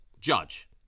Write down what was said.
judge